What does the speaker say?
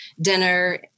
dinner